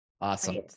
Awesome